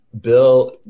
Bill